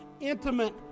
intimate